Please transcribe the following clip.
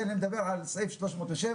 אני מדבר על סעיף 307,